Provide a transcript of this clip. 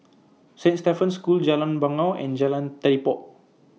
Saint Stephen's School Jalan Bangau and Jalan Telipok